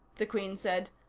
the queen said.